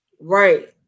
Right